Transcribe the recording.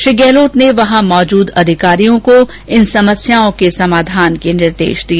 श्री गहलोत ने वहां मौजूद अधिकारियों को इन समस्याओं के समाधान के दिशा निर्देश दिए